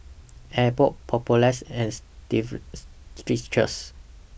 Abbott Papulex and Strepsils